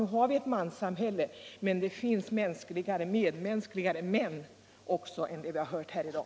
Nog har vi ett manssamhälle, men det finns medmänskligare män än de vi hört tala här i dag.